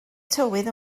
tywydd